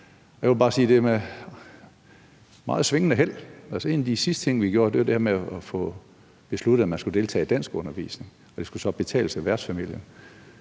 Jeg vil bare sige, at det har været med meget svingende held. Altså, en af de sidste ting, vi gjorde, var det med at få besluttet, at man skulle deltage i danskundervisning, og at det så skulle betales af værtsfamilien.